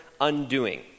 undoing